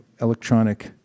electronic